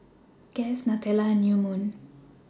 Guess Nutella and New Moon